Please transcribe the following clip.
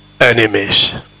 enemies